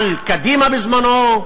על קדימה בזמנו,